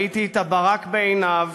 ראיתי את הברק בעיניו